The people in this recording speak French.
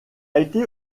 été